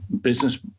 business